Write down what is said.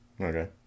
Okay